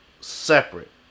separate